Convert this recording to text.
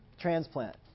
Transplant